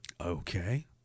okay